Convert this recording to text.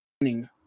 running